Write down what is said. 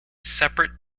separate